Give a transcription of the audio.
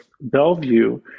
Bellevue